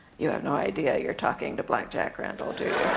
you have no idea you're talking to black jack randall, do